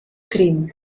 crim